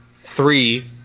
three